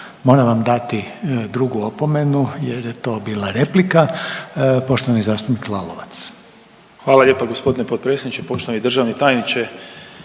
Moram vam dati drugu opomenu, jer je to bila replika. Poštovani zastupnik Lalovac. **Lalovac, Boris (SDP)** Hvala lijepa gospodine potpredsjedniče, poštovani državni tajniče.